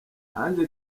ange